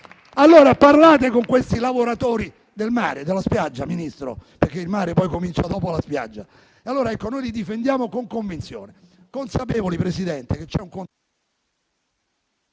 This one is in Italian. Allora parlate con questi lavoratori del mare e della spiaggia, Ministro, perché il mare poi comincia dopo la spiaggia. Noi li difendiamo con convinzione, consapevoli, Presidente, che c'è un contenzioso,